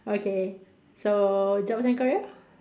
okay so jobs and career